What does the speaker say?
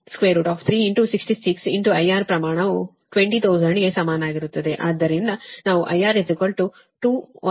ಆದ್ದರಿಂದ ಇದರಿಂದ ನಾವು IR 2 18